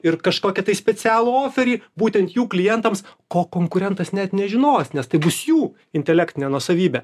ir kažkokį specialų oferį būtent jų klientams ko konkurentas net nežinos nes tai bus jų intelektinė nuosavybė